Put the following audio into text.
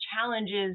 challenges